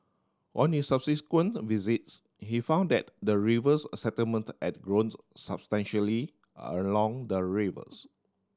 on his subsequent visits he found that the rivers settlement ad grown substantially are along the rivers